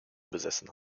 besessen